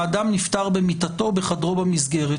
האדם נפטר במיטתו בחדרו במסגרת.